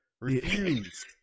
refused